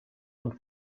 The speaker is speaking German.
und